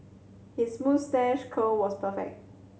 his moustache curl was perfect